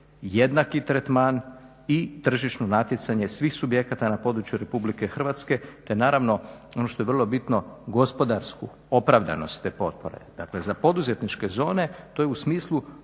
jednaki tretman i tržišno natjecanje svih subjekata na području Republike Hrvatske te naravno ono što je vrlo bitno, gospodarsku opravdanost te potpore. Dakle za poduzetničke zone to je u smislu